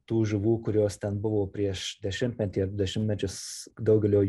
tų žuvų kurios ten buvo prieš dešimtmetį ar du dešimtmečius daugelio